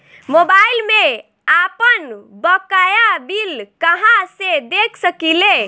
Mobile में आपनबकाया bill कहाँसे देख सकिले?